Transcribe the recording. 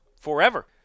forever